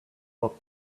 but